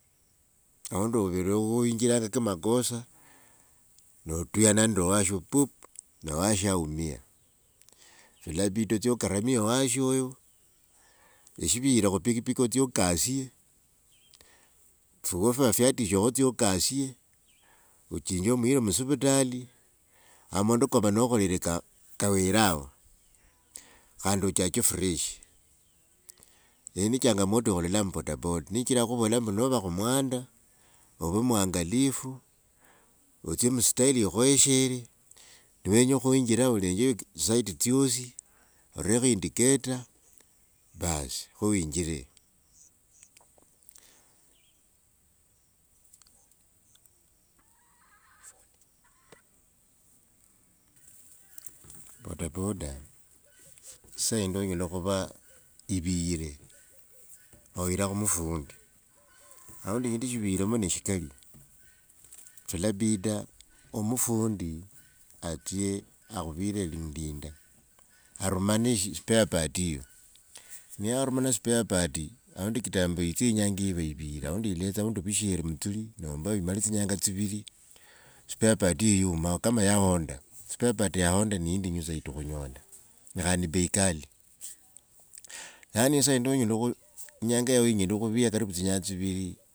Aundi overe winjira kimakosa, notuyana nende washo, puup, ne washo aumia sholabida otsie okaramie washo oyo, eshiviyire khu piki piki otsie okasye, so, fyatishekho otsie okasye, ochinje omuyire musivitali,, amondo kova nokholire kawere hao. Khandi ochache fresh, eyi ji changamoto ya khulola mu bodaboda. Ni chira khuvola mbu nova khu mwanda ove mwangalifu, otsie mu style yo khoeshere, niwenya khwinjira olenjere tsi side tsyosi, orekho indicator, baas, kho winjire. Bodaboda saa yindi onyela khuvai iviyire, oira khu mufundi, aundi shindu shiviyiremo ne shikali, sholabida omufundi atsye akhuvire ndi linda, arumane spare part eyo. Niyarumana spare part aundi kitamboo itsie inyanga iva iviyire. Aundi kitamboo yitse inyanga iva iviyire, aundi iletsa aundi vushere mutsuli nomba imale tsinyanga tsiviri. spare part iyi iumayo kama ya honda, spare part ya honda ni indinyu sana khunyola ne khandi ni bei ghali. Yaani i saa yindi onyela, inyanga yiyo inyela khuviya aundi tsinyanga tsiviri.